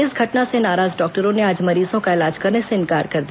इस घटना से नाराज डॉक्टरों ने आज मरीजों का इलाज करने से इंकार कर दिया